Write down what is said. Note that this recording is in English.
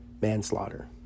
manslaughter